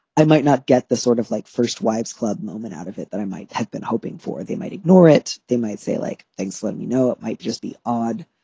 i might not get the sort of like first wives club moment out of it that i might have been hoping for. they might ignore it. they might say like things. let me know. it might just be odd.